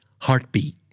Heartbeat